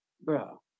Bro